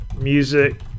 Music